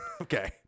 Okay